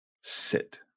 sit